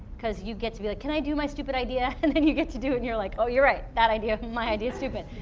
because you get to be like can i do my stupid idea? and then you get to do it and you're like oh you're right that idea, my idea's stupid.